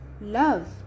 love